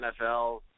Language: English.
NFL